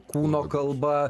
kūno kalba